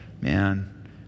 Man